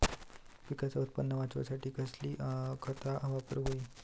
पिकाचा उत्पन वाढवूच्यासाठी कसली खता वापरूक होई?